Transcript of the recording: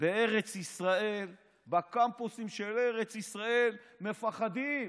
בארץ ישראל, בקמפוסים של ארץ ישראל, מפחדים.